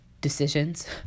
decisions